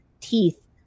teeth